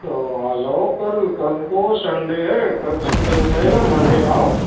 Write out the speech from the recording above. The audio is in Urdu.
تو آجاؤ کل کل تو سنڈے ہے کل تو نہیں ہو پائے گا منڈے میں آؤ